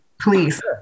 please